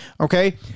Okay